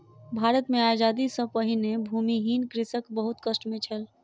भारत मे आजादी सॅ पहिने भूमिहीन कृषक बहुत कष्ट मे छल